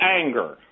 anger